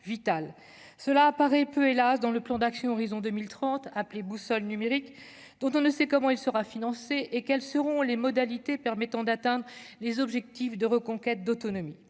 cela apparaît peu hélas dans le plan d'action, horizon 2030 appeler boussole numérique dont on ne sait comment il sera financé et quelles seront les modalités permettant d'atteindre les objectifs de reconquête d'autonomie